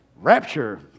Rapture